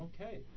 okay